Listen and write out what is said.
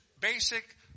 basic